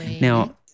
Now